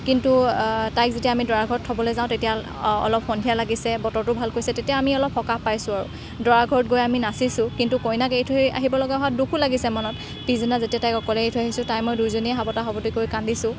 কিন্তু তাইক যেতিয়া আমি দৰা ঘৰত থ'বলৈ যাওঁ তেতিয়া অলপ সন্ধিয়া লাগিছে বতৰটো ভাল কৰিছে তেতিয়া আমি অলপ সকাহ পাইছোঁ আৰু দৰাঘৰত গৈ আমি নাচিছোঁ কিন্তু কইনাক এৰি থৈ আহিব লগা হোৱাত দুখো লাগিছে মনত পিছদিনা যেতিয়া তাইক অকলে এৰি থৈ আহিছোঁ তাই মই দুইজনীয়ে সাৱতা সাৱতিকৈ কান্দিছোঁ